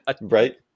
Right